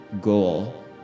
goal